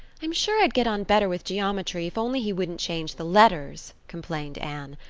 i'm sure i'd get on better with geometry if only he wouldn't change the letters, complained anne.